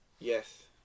Yes